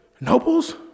Nobles